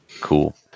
Cool